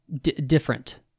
different